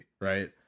right